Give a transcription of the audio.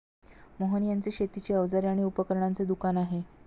मोहन यांचे शेतीची अवजारे आणि उपकरणांचे दुकान आहे